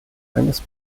eines